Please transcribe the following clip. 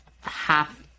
half